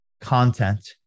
content